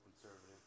conservative